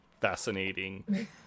fascinating